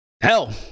Hell